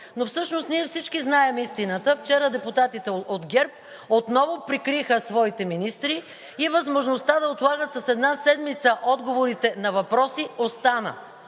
Но всъщност ние всички знаем истината – вчера депутатите от ГЕРБ отново прикриха своите министри и възможността да отлагат с една седмица отговорите на въпроси остана.